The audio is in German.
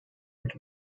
und